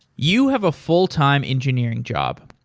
you have a full time engineering job.